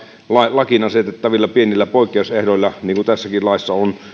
lakiin asetettavilla pienillä poikkeusehdoilla niin kuin tässäkin laissa on